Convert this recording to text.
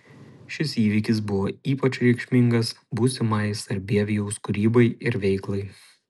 šis įvykis buvo ypač reikšmingas būsimai sarbievijaus kūrybai ir veiklai